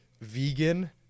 vegan